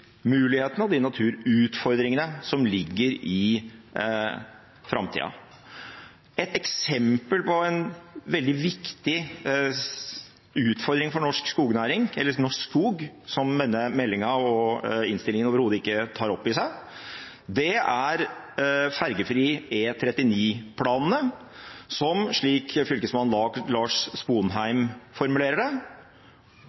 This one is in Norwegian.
og de naturutfordringene som ligger i framtida. Et eksempel på en veldig viktig utfordring for norsk skog som denne meldingen og innstillingen overhodet ikke tar opp i seg, er planene om fergefri E39 som, slik fylkesmann Lars